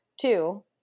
two